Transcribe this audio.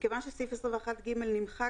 מכיוון שסעיף 21ג נמחק,